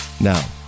Now